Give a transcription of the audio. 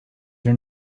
your